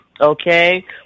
okay